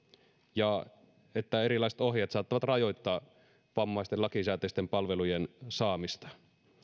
ja että erilaiset ohjeet saattavat rajoittaa vammaisten lakisääteisten palvelujen saamista